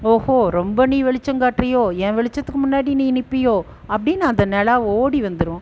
ஓஹோ ரொம்ப நீ வெளிச்சம் காட்டுரியோ என் வெளிச்சத்துக்கு முன்னாடி நீ நிற்பியோ அப்படின் அந்த நிலா ஓடி வந்துரும்